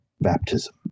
baptism